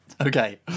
Okay